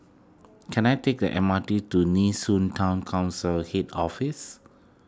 can I take the M R T to Nee Soon Town Council Head Office